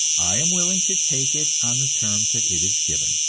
i am willing to take it on the terms that it is given,